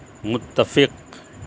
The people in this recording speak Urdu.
متفق